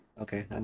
Okay